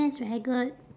that's very good